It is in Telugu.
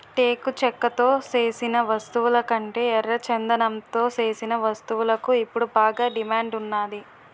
టేకు చెక్కతో సేసిన వస్తువులకంటే ఎర్రచందనంతో సేసిన వస్తువులకు ఇప్పుడు బాగా డిమాండ్ ఉన్నాది